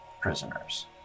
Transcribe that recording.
prisoners